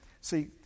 see